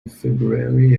february